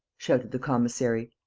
shouted the commissary.